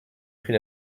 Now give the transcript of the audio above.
pris